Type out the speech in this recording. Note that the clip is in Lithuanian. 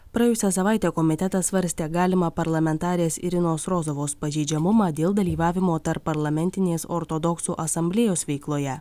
praėjusią savaitę komitetas svarstė galimą parlamentarės irinos rozovos pažeidžiamumą dėl dalyvavimo tarpparlamentinės ortodoksų asamblėjos veikloje